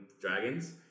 dragons